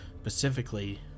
specifically